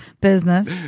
Business